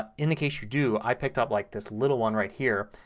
ah in the case you do i picked up like this little one right here.